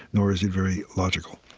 nor is it very logical